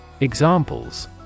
Examples